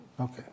Okay